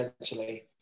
essentially